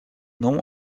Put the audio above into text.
nom